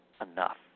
enough